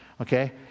okay